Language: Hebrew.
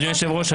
אדוני היושב ראש,